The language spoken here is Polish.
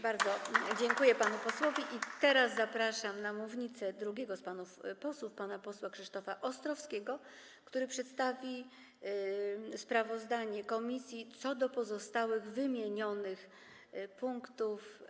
Bardzo dziękuję panu posłowi i teraz zapraszam na mównicę drugiego z panów posłów, pana posła Krzysztofa Ostrowskiego, który przedstawi łączne sprawozdanie komisji odnośnie do pozostałych wymienionych punktów.